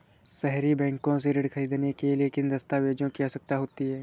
सहरी बैंक से ऋण ख़रीदने के लिए किन दस्तावेजों की आवश्यकता होती है?